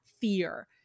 fear